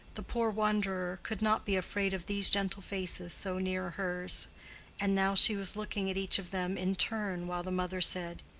the poor wanderer could not be afraid of these gentle faces so near hers and now she was looking at each of them in turn while the mother said,